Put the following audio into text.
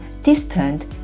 distant